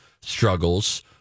struggles